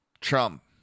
Trump